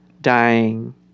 dying